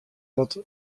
wat